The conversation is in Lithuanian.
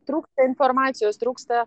trūksta informacijos trūksta